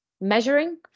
measuring